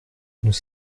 nous